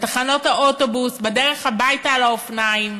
בתחנות האוטובוס, בדרך הביתה על האופניים,